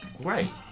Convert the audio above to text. Right